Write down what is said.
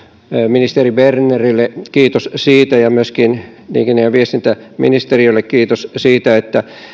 ministeri bernerille kiitos siitä ja myöskin liikenne ja viestintäministeriölle kiitos siitä että